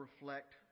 reflect